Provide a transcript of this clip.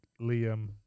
Liam